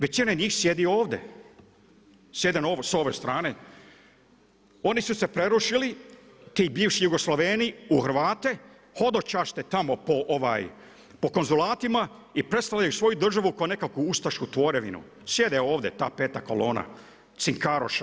Većina njih sjedi ovdje s ove strane, oni su se prerušili ti bivši jugoslaveni u Hrvate, hodočaste tamo po konzulatima i predstavljaju svoju državu kao nekakvu ustašku tvorevinu, sjede ovdje ta peta kolona cinkaroša.